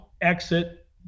exit